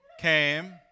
came